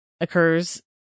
occurs